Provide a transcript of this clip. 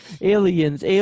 aliens